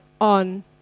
on